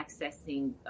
accessing